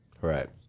Right